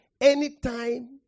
Anytime